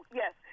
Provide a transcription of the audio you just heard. yes